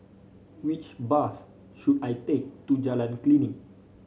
which bus should I take to Jalan Klinik